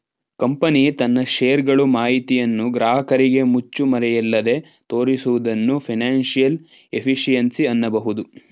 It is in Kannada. ಕಂಪನಿ ತನ್ನ ಶೇರ್ ಗಳು ಮಾಹಿತಿಯನ್ನು ಗ್ರಾಹಕರಿಗೆ ಮುಚ್ಚುಮರೆಯಿಲ್ಲದೆ ತೋರಿಸುವುದನ್ನು ಫೈನಾನ್ಸಿಯಲ್ ಎಫಿಷಿಯನ್ಸಿ ಅನ್ನಬಹುದು